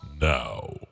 now